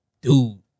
dude